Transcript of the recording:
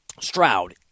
Stroud